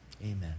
amen